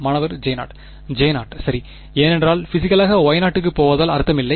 மாணவர் J0 J0 சரி ஏனென்றால் பிசிகளாக Y0 க்குப் போவதால் அர்த்தமில்லை